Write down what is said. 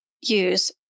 use